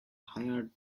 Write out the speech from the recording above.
hired